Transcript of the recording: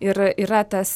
ir yra tas